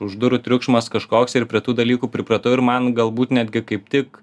už durų triukšmas kažkoks ir prie tų dalykų pripratau ir man galbūt netgi kaip tik